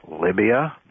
Libya